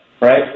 right